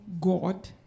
god